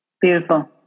Beautiful